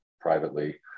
privately